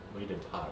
我有一点怕的